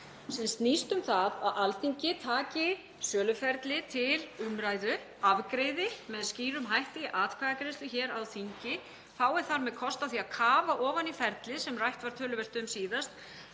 sem snýst um það að Alþingi taki söluferlið til umræðu, afgreiði það með skýrum hætti í atkvæðagreiðslu hér á þingi og fái þar með kost á því að kafa ofan í ferlið sem rætt var töluvert um síðast